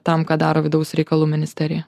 tam ką daro vidaus reikalų ministerija